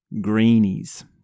greenies